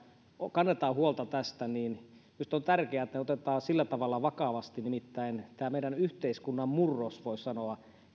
kannetaan huolta tästä niin minusta on tärkeää että se otetaan sillä tavalla vakavasti nimittäin tässä meidän yhteiskuntamme murroksessa voi sanoa